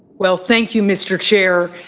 well, thank you mr. chair,